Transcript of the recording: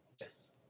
Yes